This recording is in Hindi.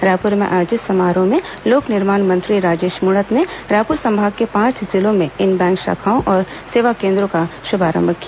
रायपुर में आयोजित समारोह में लोक निर्माण मंत्री राजेश मूणत ने रायपुर संभाग के पांच जिलों में इन बैंक शाखाओं और सेवा केंद्रों का शुभारंभ किया